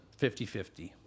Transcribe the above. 50-50